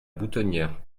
boutonniere